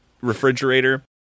refrigerator